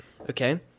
Okay